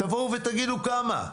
תבואו ותגידו כמה.